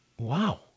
Wow